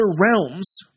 realms